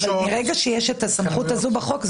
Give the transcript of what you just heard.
אבל מרגע שיש סמכות כזאת בחוק,